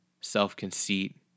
self-conceit